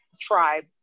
tribe